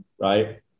right